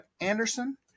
Anderson